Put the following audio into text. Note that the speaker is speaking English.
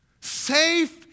Safe